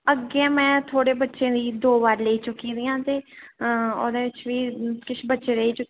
अग्गें मै थोह्ड़े बच्चें दी दो बार लेई चुकी दी आं ते ओह्दे बिच्च बी किश बच्चे रेही चुके